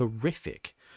horrific